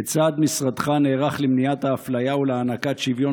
כיצד משרדך נערך למניעת האפליה ולהענקת שוויון